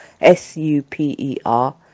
S-U-P-E-R